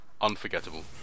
unforgettable